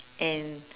and